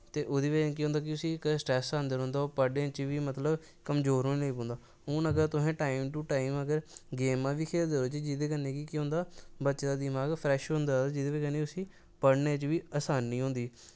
ते ओह्दी बजह् नै उस्सी केह् होंदा कि इक स्ट्रैस आंदा रौंह्दा ओह् पढ़ने च बी मतलब कमज़ोर होन लगी पौंदा हून तुसें अगर टैम टू टैम अगर गेमां बी खेलदे रौह्चे जेह्दे कन्नै केह् होंदा बच्चे दा दिमाक फ्रैश होंदा जेह्दी बजह् कन्नै उस्सी पढ़ने च बी असानी होंदी